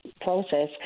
process